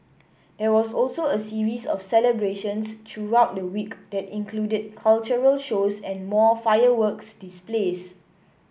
there was also a series of celebrations throughout the week that included cultural shows and more fireworks displays